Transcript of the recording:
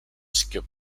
skip